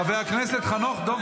חבר הכנסת חנוך דב